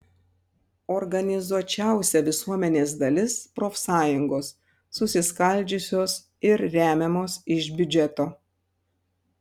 organizuočiausia visuomenės dalis profsąjungos susiskaldžiusios ir remiamos iš biudžeto